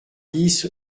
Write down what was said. bis